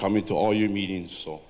coming to all your meetings